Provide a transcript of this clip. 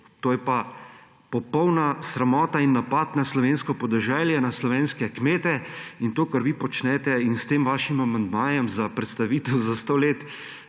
To je pa popolna sramota in napad na slovensko podeželje, na slovenske kmete. In to, kar vi počnete in s tem vašim amandmajem za prestavitev za 100 let,